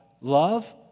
Love